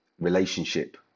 relationship